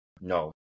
No